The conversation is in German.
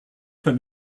beim